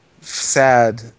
Sad